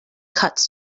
cuts